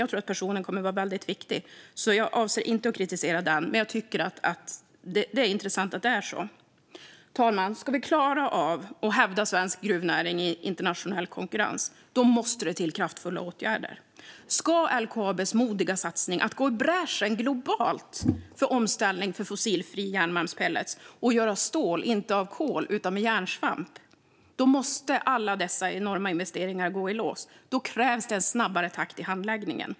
Jag tror att personen kommer att vara väldigt viktig, så jag avser inte att kritisera honom. Men jag tycker att det är intressant att det är så. Fru talman! Ska vi klara av att hävda svensk gruvnäring i internationell konkurrens måste det till kraftfulla åtgärder. Ska LKAB:s modiga satsning att gå i bräschen globalt för omställning till fossilfri järnmalmspellets och att göra stål inte av kol utan med järnsvamp lyckas måste alla dessa enorma investeringar gå i lås. Då krävs det en snabbare takt i handläggningen.